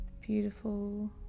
beautiful